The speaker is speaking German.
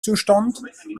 zustand